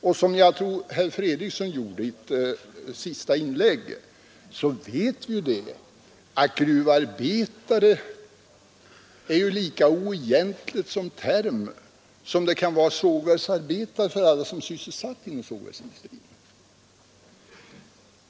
Och som jag tror att herr Fredriksson sade i sitt senaste inlägg vet vi ju att ”gruvarbetare” är lika oegentligt såsom term som beteckningen ”sågverksarbetare” skulle vara i detta sammanhang för alla som är sysselsatta inom sågverksindustrin.